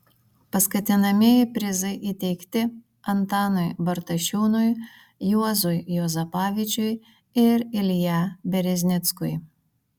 paskatinamieji prizai įteikti antanui bartašiūnui juozui juozapavičiui ir ilja bereznickui